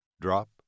drop